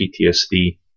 PTSD